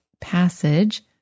passage